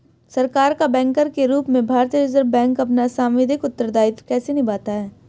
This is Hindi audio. सरकार का बैंकर के रूप में भारतीय रिज़र्व बैंक अपना सांविधिक उत्तरदायित्व कैसे निभाता है?